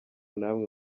namwe